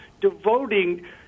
devoting